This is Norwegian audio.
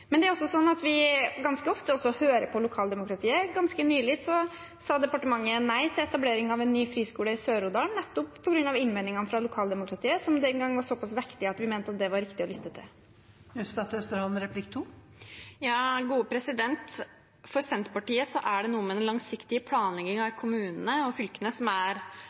men det er også sånn at vi ganske ofte hører på lokaldemokratiet. Ganske nylig sa departementet nei til etablering av en ny friskole i Sør-Odal, nettopp på grunn av innvendingene fra lokaldemokratiet, som den gang var såpass vektige at vi mente det var riktig å lytte til. For Senterpartiet er det noe med den langsiktige planleggingen i kommunene og fylkene som er avgjørende. Det er kommunene og